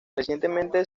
recientemente